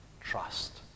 trust